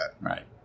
Right